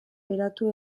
beratu